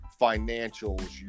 financials